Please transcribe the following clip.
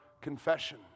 confession